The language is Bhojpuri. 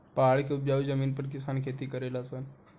पहाड़ के उपजाऊ जमीन पर किसान खेती करले सन